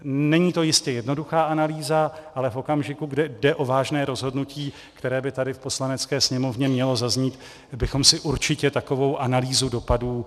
Není to jistě jednoduchá analýza, ale v okamžiku, kdy jde o vážné rozhodnutí, které by tady v Poslanecké sněmovně mělo zaznít, bychom si určitě takovou analýzu dopadů zasloužili.